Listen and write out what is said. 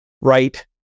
right